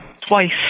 twice